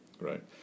Right